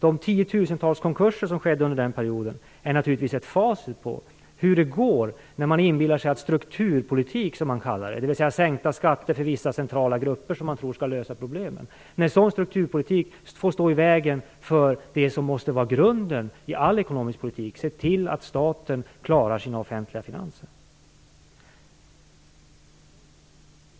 De tiotusentals konkurser som skedde under denna period är naturligtvis ett facit på hur det går när man inbillar sig att strukturpolitik, som man kallar det, dvs. sänkta skatter för vissa centrala grupper, skall lösa problemen. En sådan strukturpolitik står i vägen för det som måste vara grunden för all ekonomisk politik, nämligen att se till att staten klarar sina offentliga finanser.